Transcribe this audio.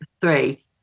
three